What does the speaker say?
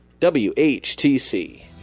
WHTC